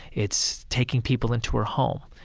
it's taking people into her home.